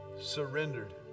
surrendered